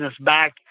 back